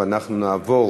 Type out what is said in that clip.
ואנחנו נעבור,